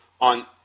on